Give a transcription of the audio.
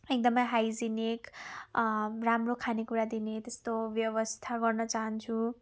एकदमै हाइजेनिक राम्रो खानेकुरा दिने त्यस्तो व्यवस्था गर्न चाहन्छु